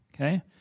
Okay